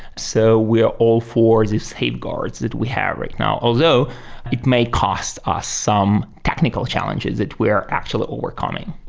so we're all for the safe guards that we have right now. although it may cost us some technical challenges that we're actually overcoming.